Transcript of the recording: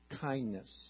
kindness